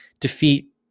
Defeat